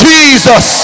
Jesus